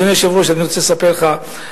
אדוני היושב-ראש, אני רוצה לספר לך,